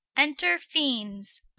enter fiends.